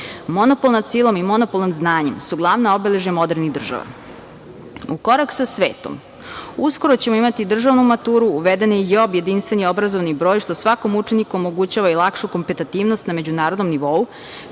Monopol nad silom i monopol nad znanjem su glavna obeležja modernih država.U korak sa svetom, uskoro ćemo imati i državnu maturu, uveden je i JOB, jedinstveni obrazovni broj, što svakom učeniku omogućava lakšu kompetativnost na međunarodnom nivou,